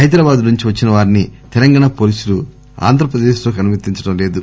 హైదరాబాద్ నుంచి వచ్చిన వారిని తెలంగాణ పోలీసులు ఏపీలోకి అనుమతించడంలేదు